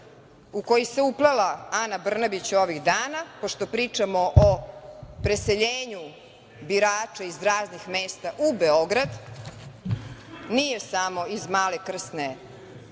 u koji se uplela Ana Brnabić ovih dana, pošto pričamo o preseljenju birača iz raznih mesta u Beograd, nije samo iz Male Krsne